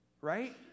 Right